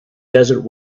desert